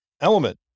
Element